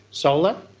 solar,